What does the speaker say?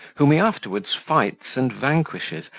whom he afterwards fights and vanquishes,